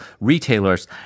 retailers